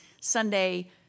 Sunday